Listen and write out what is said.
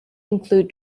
include